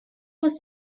was